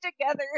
together